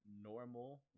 normal